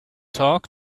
talk